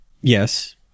yes